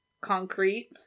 concrete